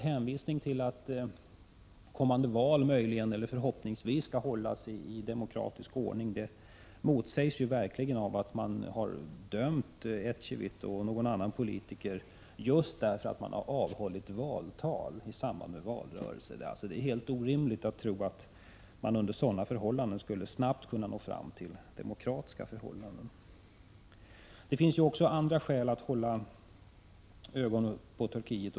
Hänvisningen till att kommande val förhoppningsvis skall hållas i demokratisk ordning motsägs verkligen av att man har dömt Ecevit och ytterligare någon politiker just därför att de hållit tal i samband med valrörelsen. Det är alltså helt orimligt att tro att man i Turkiet under sådana omständigheter snabbt skulle kunna nå fram till demokratiska förhållanden. Det finns också andra skäl som gör att man bör hålla ögonen på utvecklingen i Turkiet.